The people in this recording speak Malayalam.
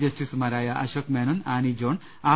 ജസ്റ്റീസുമാരായ അശോക് മേനോൻ ആനി ജോൺ ആർ